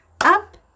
up